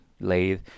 lathe